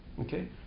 okay